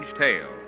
tale